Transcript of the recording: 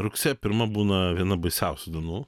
rugsėjo pirma būna viena baisiausių dienų